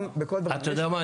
אתה יודע מה,